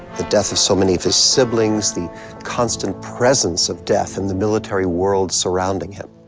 the death of so many of his siblings, the constant presence of death in the military world surrounding him